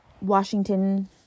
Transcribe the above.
Washington